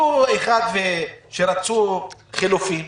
היה אחד שרצה חילופים